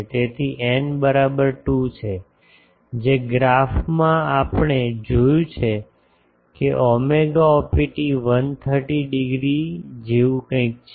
તેથી n બરાબર 2 છે જે ગ્રાફમાં આપણે જોયું છે ψopt 130 ડિગ્રી જેવું કંઈક છે